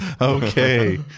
okay